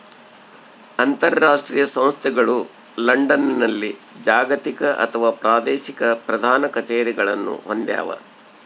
ಅಂತರಾಷ್ಟ್ರೀಯ ಸಂಸ್ಥೆಗಳು ಲಂಡನ್ನಲ್ಲಿ ಜಾಗತಿಕ ಅಥವಾ ಪ್ರಾದೇಶಿಕ ಪ್ರಧಾನ ಕಛೇರಿಗಳನ್ನು ಹೊಂದ್ಯಾವ